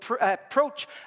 approach